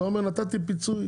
אתה אומר, נתתי פיצוי.